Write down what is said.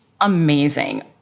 amazing